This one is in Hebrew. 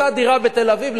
אותה דירה בתל-אביב,